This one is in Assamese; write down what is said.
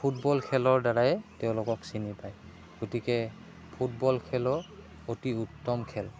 ফুটবল খেলৰ দ্বাৰাই তেওঁলোকক চিনি পায় গতিকে ফুটবল খেলো অতি উত্তম খেল